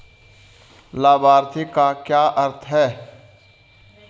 लाभार्थी का क्या अर्थ है?